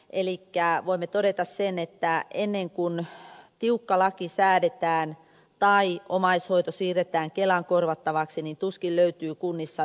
elikkä voimme todeta sen että ennen kuin tiukka laki säädetään tai omaishoito siirretään kelan korvattavaksi niin tuskin löytyy kunnissa yhteneväistä linjaa